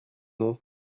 nom